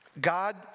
God